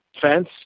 fence